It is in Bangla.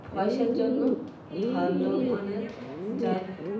পয়সার জন্য ভালো মানের জাত